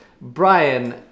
Brian